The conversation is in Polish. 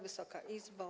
Wysoka Izbo!